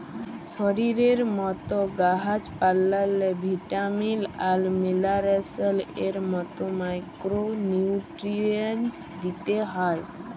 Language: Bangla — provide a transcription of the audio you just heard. শরীরের মত গাহাচ পালাল্লে ভিটামিল আর মিলারেলস এর মত মাইকোরো নিউটিরিএন্টস দিতে হ্যয়